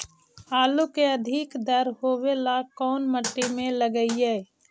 आलू के अधिक दर होवे ला कोन मट्टी में लगीईऐ?